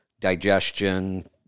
digestion